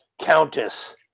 countess